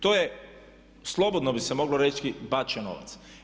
To je slobodno bi se moglo reći bačen novac.